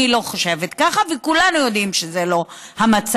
אני לא חושבת ככה, וכולנו יודעים שזה לא המצב.